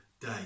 day